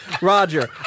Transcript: Roger